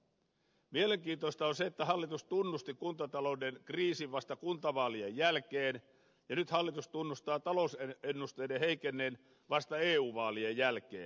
mielenkiintoista on se että hallitus tunnusti kuntatalouden kriisin vasta kuntavaalien jälkeen ja nyt hallitus tunnustaa talousennusteiden heikenneen vasta eu vaalien jälkeen